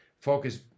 Focus